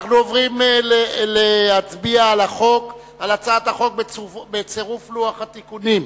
אנחנו עוברים להצביע על הצעת החוק בצירוף לוח התיקונים.